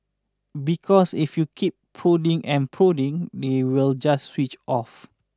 because if you keep prodding and prodding they will just switch off